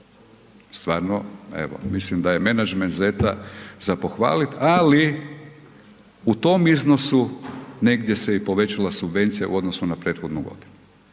stvarno evo, mislim da je menadžment ZET-a za pohvalit ali u tom iznosu negdje se i povećala subvencija u odnosu na prethodnu godinu